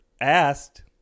asked